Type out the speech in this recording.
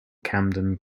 camden